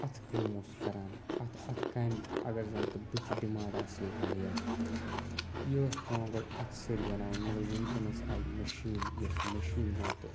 اَتھٕ کٲم اوس کَران اَتھ اَتھٕ کامہِ اگر زَن تہٕ بٕتھِ ڈِمانٛڈ آسہِ ہا واریاہ یہِ ٲس پیٚوان گۄڈٕ اَتھٕ سۭتۍ بَناوُن مگر وُنکیٚنَس آے مِشیٖن یۄس مِشیٖن زَن تہٕ